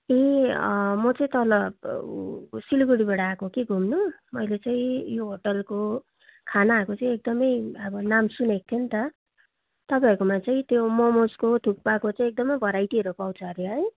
ए म चाहिँ तल सिलगडीबाट आएको कि घुम्नु मैले चाहिँ यो होटेलको खानाहरूको चाहिँ एकदम अब नाम सुनेको थिएँ नि त तपाईँहरूकोमा चाहिँ त्यो ममको थुक्पाको चाहिँ एकदम भेराइटीहरू पाउँछ हरे है